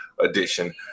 edition